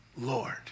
Lord